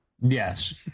Yes